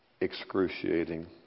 Excruciating